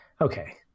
okay